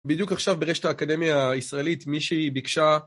בדיוק עכשיו ברשת האקדמיה הישראלית מישהי ביקשה...